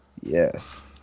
Yes